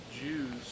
Jews